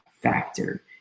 factor